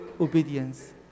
obedience